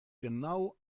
genau